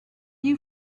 you